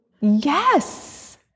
Yes